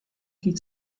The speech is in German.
die